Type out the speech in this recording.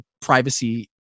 privacy